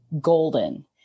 golden